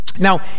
Now